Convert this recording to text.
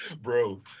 Bro